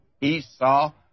Esau